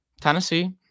Tennessee